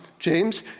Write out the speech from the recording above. James